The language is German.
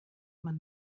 man